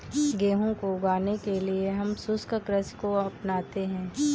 गेहूं को उगाने के लिए हम शुष्क कृषि को अपनाते हैं